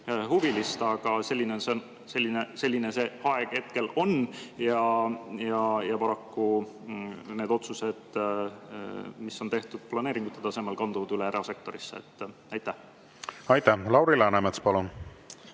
huvilist. Aga selline see aeg hetkel on. Ja paraku need otsused, mis on tehtud planeeringu tasemel, kanduvad üle erasektorisse. Aitäh! Lauri Läänemets, palun!